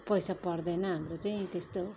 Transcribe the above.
पैसा पर्दैन हाम्रो चाहिँ त्यस्तो हो